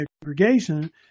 segregation